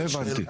לא הבנתי.